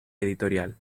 editorial